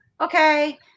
okay